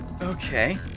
Okay